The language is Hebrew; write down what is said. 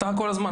אתה כל הזמן.